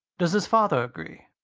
does his father agree?